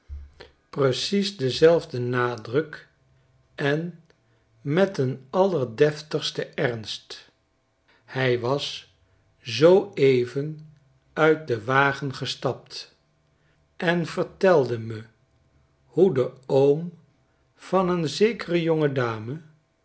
cies denzelfden nadruk en met een allerdeftigsten ernst hij was zoo even uit den wagen gestapt en vertelde me hoe de oom van een zekere